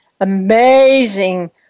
amazing